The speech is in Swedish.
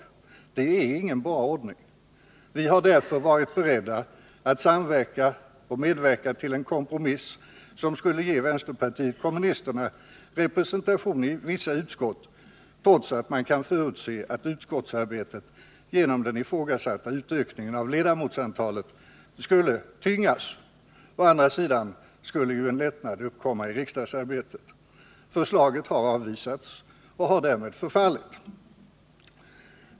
Det är ingen bra ordning. Vi har därför varit beredda att medverka i en kompromiss, som skulle ge vänsterpartiet kommunisterna representation i vissa utskott, trots att man kan förutse att utskottsarbetet genom den ifrågasatta ökningen av ledamotstalet skulle tyngas. Å andra sidan skulle en lättnad uppkomma i riksdagsarbetet. Förslaget har emellertid avvisats och har därmed fallit.